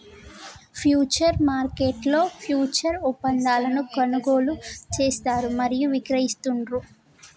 futures మార్కెట్లో futures ఒప్పందాలను కొనుగోలు చేస్తారు మరియు విక్రయిస్తాండ్రు